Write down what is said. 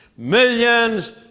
millions